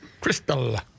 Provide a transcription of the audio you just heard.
Crystal